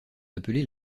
appelés